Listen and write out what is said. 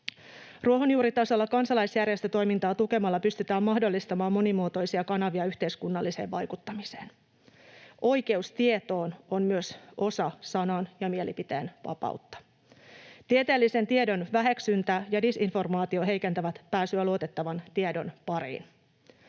Ruohonjuuritasolla kansalaisjärjestötoimintaa tukemalla pystytään mahdollistamaan monimuotoisia kanavia yhteiskunnalliseen vaikuttamiseen. Oikeus tietoon on myös osa sanan- ja mielipiteenvapautta. Tieteellisen tiedon väheksyntä ja disinformaatio heikentävät pääsyä luotettavan tiedon pariin.